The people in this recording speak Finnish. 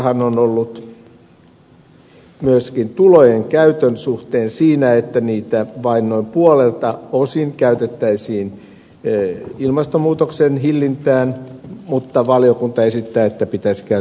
lähtökohtahan on ollut myöskin tulojen käytön suhteen siinä että niitä vain noin puolelta osin käytettäisiin ilmastonmuutoksen hillintään mutta valiokunta esittää että pitäisi käyttää enemmän